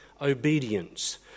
obedience